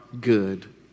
good